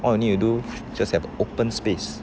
what you need to do just have an open space